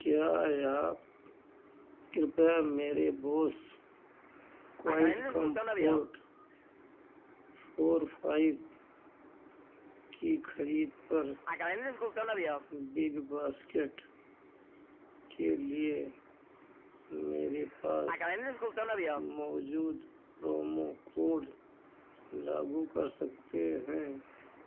क्या याप कृपया मेरे बोस क्वाइटकॉम्फोर्ट फोर फाइव की खरीद पर बिगबास्केट के लिए मेरे पास मौजूद प्रोमो कोड लागू कर सकते हैं